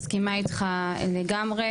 מסכימה איתך לגמרי,